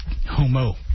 Homo